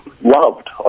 loved